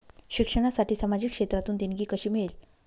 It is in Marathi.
शिक्षणासाठी सामाजिक क्षेत्रातून देणगी कशी मिळेल?